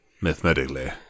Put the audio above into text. Mathematically